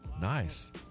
Nice